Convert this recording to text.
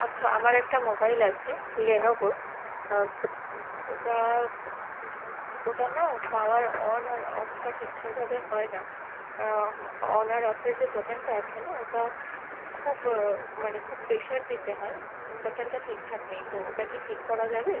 আচ্ছা আমার একটা মোবাইল আছে লেনোভোর তো ও ওটা ওটা না পাওয়ার অন আর অফটা ঠিকঠাকভাবে হয় না অন আর অফের যে বাটনটা আছে না ওটা খুব মানে খুব প্রেসার দিতে হয় বাটনটা ঠিকঠাক নেই তো ওটা কি ঠিক করা যাবে